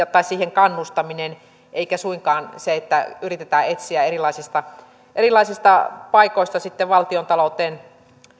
kannustaminen eikä suinkaan se että yritetään etsiä erilaisista erilaisista paikoista valtiontalouteen